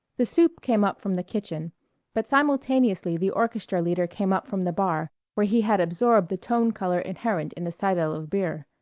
the soup came up from the kitchen but simultaneously the orchestra leader came up from the bar, where he had absorbed the tone color inherent in a seidel of beer.